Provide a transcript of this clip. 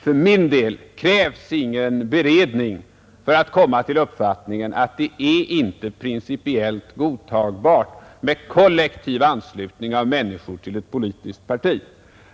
För min del krävs ingen beredning för att jag skall komma till uppfattningen att det inte är principiellt godtagbart med kollektiv anslutning av människor till ett politiskt parti.